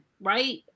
right